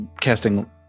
casting